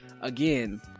again